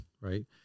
Right